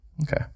Okay